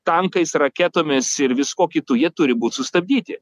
tankais raketomis ir viskuo kitu jie turi būt sustabdyti